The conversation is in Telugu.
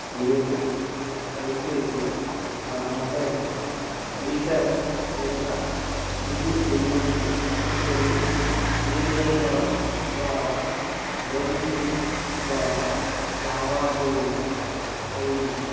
మీరు దయచేసి నా మొబైల్ రీఛార్జ్ లేదా బిల్లు చెల్లింపు స్థితిని వీడియోకాన్ ద్వారా మొబిక్విక్ ద్వారా లావాదేవి ఐ డీ